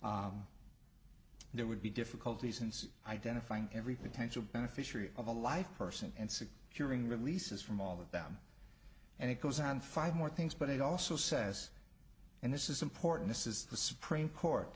issue there would be difficulties in identifying every potential beneficiary of a life person and securing releases from all of them and it goes on five more things but it also says and this is important is the supreme court